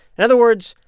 in other words,